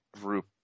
group